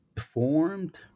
formed